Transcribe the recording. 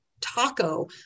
taco